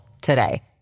today